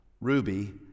Ruby